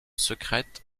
secrète